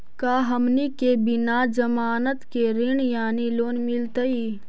का हमनी के बिना जमानत के ऋण यानी लोन मिलतई?